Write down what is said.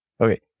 Okay